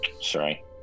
sorry